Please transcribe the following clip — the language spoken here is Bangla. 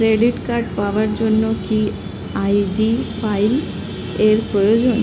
ক্রেডিট কার্ড পাওয়ার জন্য কি আই.ডি ফাইল এর প্রয়োজন?